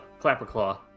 Clapperclaw